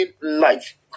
life